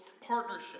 partnership